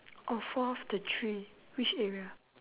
oh fall off the tree which area